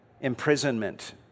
imprisonment